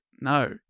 no